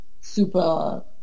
super